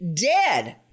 dead